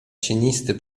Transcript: cienisty